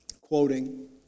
quoting